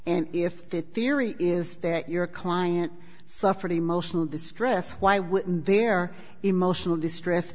and if the theory is that your client suffered emotional distress why would their emotional distress